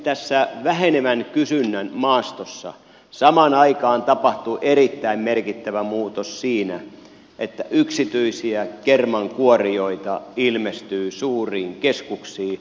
tässä vähenevän kysynnän maastossa samaan aikaan tapahtuu erittäin merkittävä muutos siinä että yksityisiä kermankuorijoita ilmestyy suuriin keskuksiin